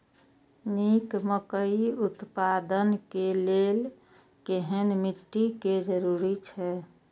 निक मकई उत्पादन के लेल केहेन मिट्टी के जरूरी छे?